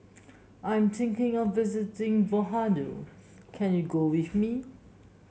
I'm thinking of visiting Vanuatu can you go with me